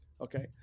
okay